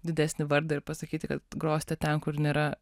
didesnį vardą ir pasakyti kad grosite ten kur nėra